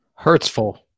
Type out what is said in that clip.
Hurtsful